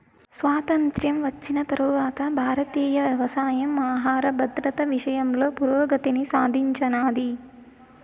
స్వాతంత్ర్యం వచ్చిన తరవాత భారతీయ వ్యవసాయం ఆహర భద్రత విషయంలో పురోగతిని సాధించినాది